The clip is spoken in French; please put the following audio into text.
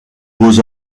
beaux